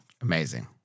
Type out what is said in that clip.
Amazing